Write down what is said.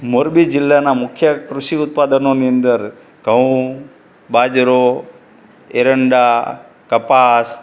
મોરબી જિલ્લાના મુખ્ય કૃષિ ઉત્પાદનોની અંદર ઘઉં બાજરો એરંડા કપાસ